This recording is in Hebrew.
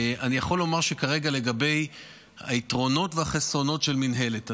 אני יכול לומר שכרגע לגבי היתרונות והחסרונות של מינהלת,